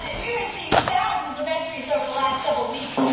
ah we received thousands of entries over the last couple weeks.